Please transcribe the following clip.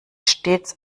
stets